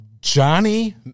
Johnny